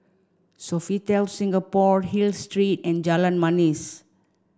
Sofitel Singapore Hill Street and Jalan Manis